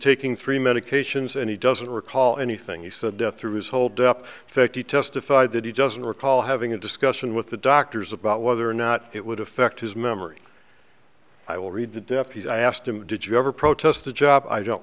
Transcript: taking three medications and he doesn't recall anything he said death through his hold up fifty testified that he doesn't recall having a discussion with the doctors about whether or not it would affect his memory i will read the deputy i asked him did you ever protest the job i don't